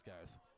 guys